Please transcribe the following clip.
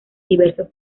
diversos